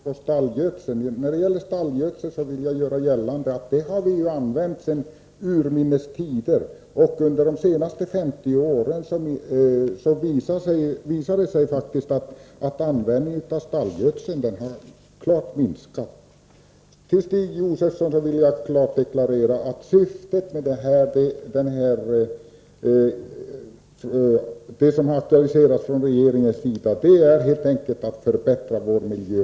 Herr talman! Knut Wachtmeister hänger upp sig på frågan om stallgödsel. Jag vill betona att vi har använt stallgödsel sedan urminnes tider, men det har visat sig, att under de senaste 50 åren har användningen av stallgödsel klart minskat. Jag vill för Stig Josefson klart deklarera att syftet med de åtgärder som har aktualiserats från regeringens sida helt enkelt är att förbättra vår miljö.